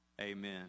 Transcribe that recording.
amen